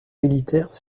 militaire